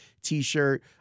T-shirt